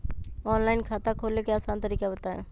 Online खाता खोले के आसान तरीका बताए?